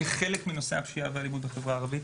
כחלק מנושא הפשיעה והאלימות בחברה הערבית,